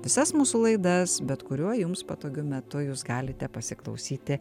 visas mūsų laidas bet kuriuo jums patogiu metu jūs galite pasiklausyti